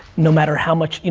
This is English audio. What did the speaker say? no matter how much, you